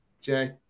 Jay